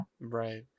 Right